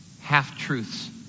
half-truths